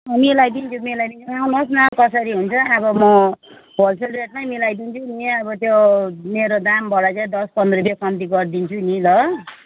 मिलाइदिन्छु मिलाइदिन्छु आउनुहोस् न कसरी हुन्छ अब म होलसेल रेटमै मिलाइदिन्छु नि अब त्यो मेरो दामबाट चाहिँ दस पन्द्र रुपियाँ कम्ती गरिदिन्छु नि ल